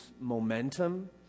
momentum